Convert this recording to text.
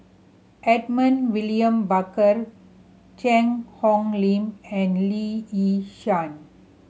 Edmund William Barker Cheang Hong Lim and Lee Yi Shyan